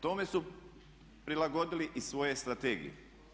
Tome su prilagodili i svoje strategije.